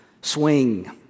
swing